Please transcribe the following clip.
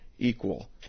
Equal